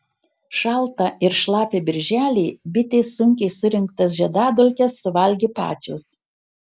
šaltą ir šlapią birželį bitės sunkiai surinktas žiedadulkes suvalgė pačios